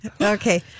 Okay